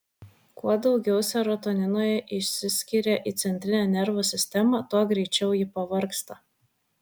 kuo daugiau serotonino išsiskiria į centrinę nervų sistemą tuo greičiau ji pavargsta